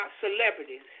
celebrities